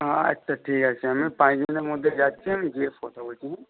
আচ্ছা ঠিক আছে আমি পাঁচ দিনের মধ্যে যাচ্ছি আমি যেয়ে কথা বলছি হুম